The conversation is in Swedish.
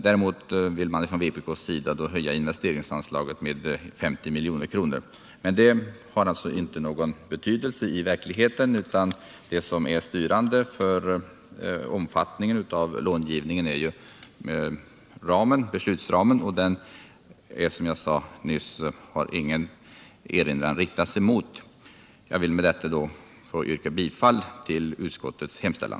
Däremot vill man på vpk-håll höja investeringsanslaget med 50 milj.kr. Det har emellertid ingen betydelse i verkligheten, utan styrande för omfattningen av långivningen är beslutsramen, och mot den har, som jag nyss sade, ingen erinran riktats. Jag vill med detta yrka bifall till utskottets hemställan.